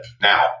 now